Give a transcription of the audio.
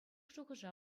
шухӑша